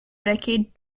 decade